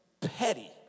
Petty